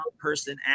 person